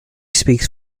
speaks